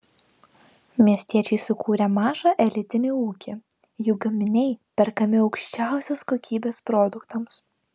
miestiečiai sukūrė mažą elitinį ūkį jų gaminiai perkami aukščiausios kokybės produktams